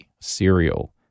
serial